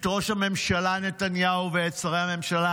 את ראש הממשלה נתניהו ואת שרי הממשלה,